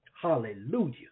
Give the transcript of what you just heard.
hallelujah